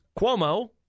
Cuomo